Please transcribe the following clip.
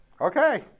okay